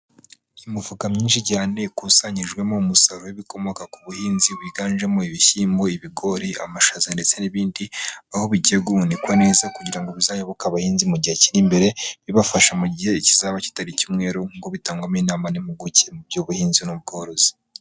Imifuka myinshi cyane ikusanyirijwemo umusaruro w'ibikomoka ku buhinzi, wiganjemo ibishyimbo, ibigori, amashaza, ndetse n'ibindi, aho bigiye guhunikwa neza kugira ngo bizagoboke abahinzi mu gihe kiri imbere, bibafasha mu gihe kizaba kitari icy'umwero nk'unko bitangwamo inama n'impuguke mu by'ubuhinzi n'ubworozi.